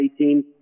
2018